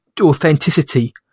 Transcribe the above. authenticity